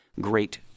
great